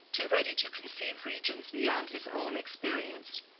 too ready to conceive regions beyond his own experience,